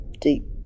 deep